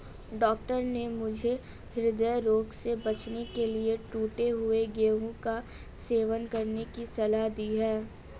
doctor ने मुझे हृदय रोग से बचने के लिए टूटे हुए गेहूं का सेवन करने की सलाह दी है